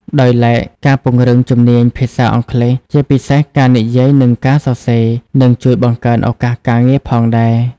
ដោយឡែកការពង្រឹងជំនាញភាសាអង់គ្លេស ជាពិសេសការនិយាយ និងការសរសេរ នឹងជួយបង្កើនឱកាសការងារផងដែរ។